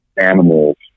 animals